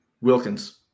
Wilkins